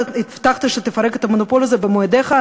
הבטחת שתפרק את המונופול הזה במועדיך,